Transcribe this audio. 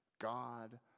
God